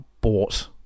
bought